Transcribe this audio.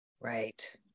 Right